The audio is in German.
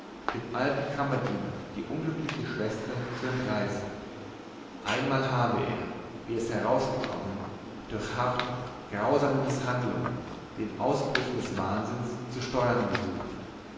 dem alten kammerdiener die unglückliche zu entreißen einmal habe er wie es herausgekommen durch harte grausame mißhandlungen den ausbrüchen des wahnsinns zu steuern gesucht